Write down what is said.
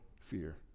fear